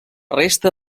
resta